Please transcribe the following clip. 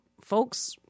folks